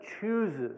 chooses